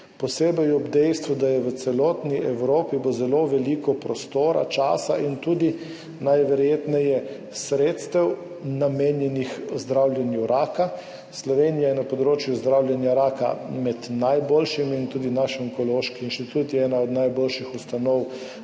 posebej ob dejstvu, da bo v celotni Evropi zelo veliko prostora, časa in najverjetneje tudi sredstev namenjenih zdravljenju raka. Slovenija je na področju zdravljenja raka med najboljšimi in tudi naš Onkološki inštitut je ena od najboljših ustanov